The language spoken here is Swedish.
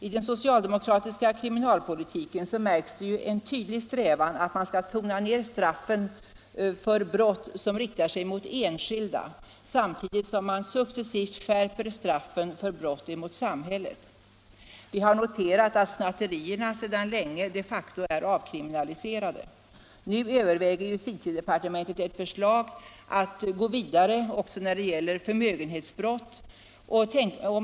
I den socialdemokratiska kriminalpolitiken märks en tydlig strävan att tona ner straffen för brott mot enskilda samtidigt som straffen successivt skärps för brott mot samhället. Vi har noterat att snatterierna sedan länge de facto är avkriminaliserade. Nu överväger justitiedepartementet ett förslag att gå vidare också när det gäller förmögenhetsbrott.